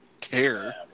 care